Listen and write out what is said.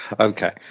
Okay